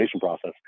process